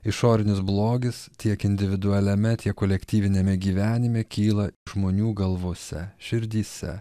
išorinis blogis tiek individualiame tiek kolektyviniame gyvenime kyla žmonių galvose širdyse